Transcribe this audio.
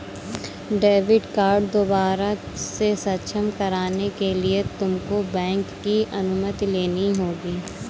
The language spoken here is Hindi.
डेबिट कार्ड दोबारा से सक्षम कराने के लिए तुमको बैंक की अनुमति लेनी होगी